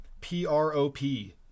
P-R-O-P